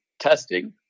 testing